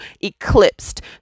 eclipsed